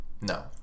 No